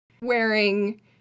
wearing